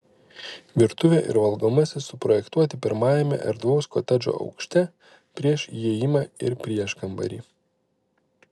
virtuvė ir valgomasis suprojektuoti pirmajame erdvaus kotedžo aukšte prieš įėjimą ir prieškambarį